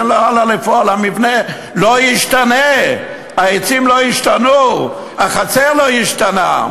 המבנה לא השתנה, העצים לא השתנו, החצר לא השתנתה.